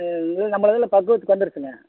ம் வந்து நம்மளுதுல பக்குவத்துக்கு வந்துருச்சுங்க